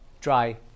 dry